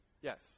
Yes